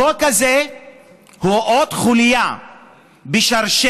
החוק הזה הוא עוד חוליה בשרשרת